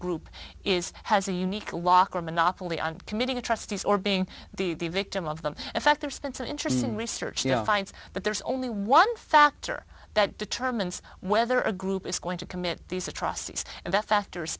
group is has a unique lock or monopoly on committing atrocities or being the victim of them in fact there's been some interesting research finds but there's only one factor that determines whether a group is going to commit these atrocities